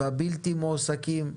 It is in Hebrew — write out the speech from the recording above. בבלתי מועסקים,